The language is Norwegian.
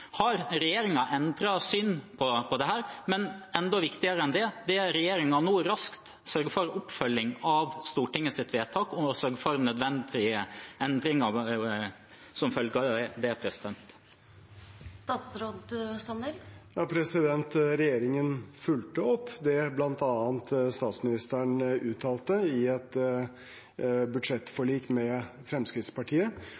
Har regjeringen endret syn på dette? Men enda viktigere enn det: Vil regjeringen nå sørge for rask oppfølging av Stortingets vedtak om å gjøre nødvendige endringer som følge av det? Regjeringen fulgte opp det statsministeren uttalte, i et